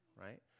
right